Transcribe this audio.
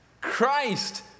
Christ